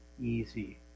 easy